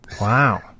Wow